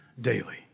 daily